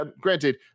granted